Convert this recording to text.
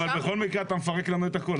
אבל בכל מקרה אתה מפרק לנו את הכל,